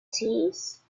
teas